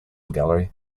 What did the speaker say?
gallery